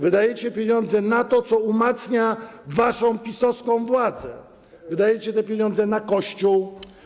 Wydajecie pieniądze na to, co umacnia waszą PiS-owską władzę, wydajecie te pieniądze na Kościół.